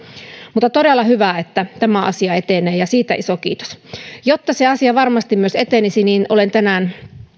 mutta todella hyvä että tämä asia etenee ja siitä iso kiitos jotta se asia varmasti myös etenisi olen tänään